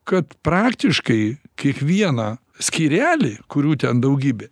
kad praktiškai kiekvieną skyrelį kurių ten daugybė